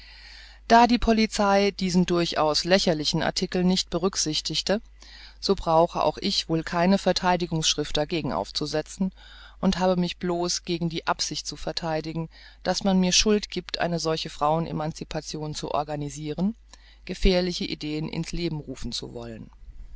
da die polizei diesen durchaus lächerlichen artikel nicht berücksichtigte so brauche auch ich wohl keine vertheidigungsschrift dagegen aufzusetzen und habe mich blos gegen die absicht zu vertheidigen die man mir schuld giebt eine solche frauen emancipation zu organisiren gefährliche ideen ins leben rufen zu wollen